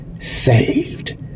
saved